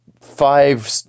five